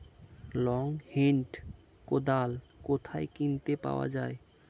Long hand কোদাল কোথায় কিনতে পাওয়া যায়?